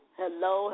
hello